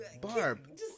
Barb